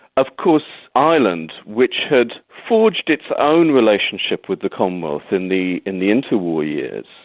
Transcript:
of course, ireland, which had forged its own relationship with the commonwealth in the in the interwar years,